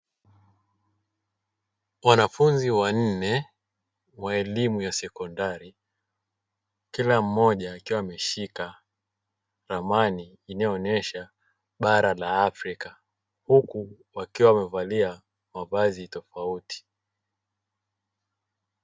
Wanafunzi wanne wa elimu ya sekondari, kila mmoja akiwa ameshika ramani inayoonyesha bara la afrika huku wakiwa wamevalia mavazi tofauti.